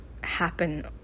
happen